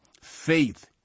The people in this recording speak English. faith